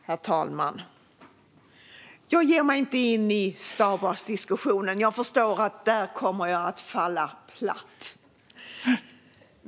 Herr talman! Jag ger mig inte in i Star Wars-diskussionen, för jag förstår att där kommer jag att falla platt.